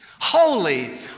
Holy